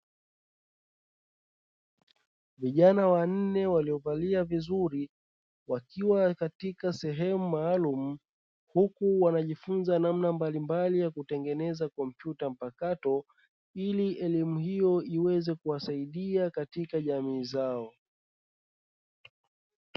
Vijana wanne waliovalia vizuri wakiwa katika sehemu maalumu huku wanajifunza namna mbalimbali ya kutengeneza kompyuta mpakato, ili elimu hiyo iweze kuwasaidia katika jamii zao.